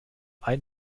ein